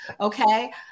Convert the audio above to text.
Okay